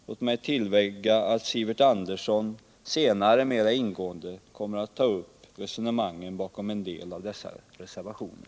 Låt mig tillägga att Sivert Andersson senare mera ingående kommer att ta upp resonemangen bakom en del av dessa reservationer.